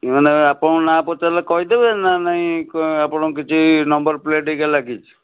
ମାନେ ଆପଣଙ୍କ ନାଁ ପଚାରିଲେ କହିଦେବେ ନା ନାହିଁ ଆପଣଙ୍କ କିଛି ନମ୍ବର ପ୍ଲେଟ୍ ହେରିକା ଲାଗିଛି